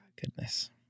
goodness